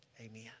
Amen